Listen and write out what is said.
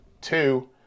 Two